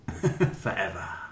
Forever